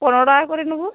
পনেরো টাকা করে নেবো